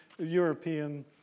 European